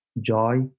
joy